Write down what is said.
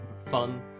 fun